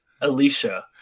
Alicia